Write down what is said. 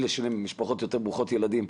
איפה שיש משפחות ברוכות ילדים,